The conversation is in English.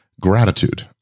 gratitude